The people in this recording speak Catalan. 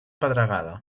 pedregada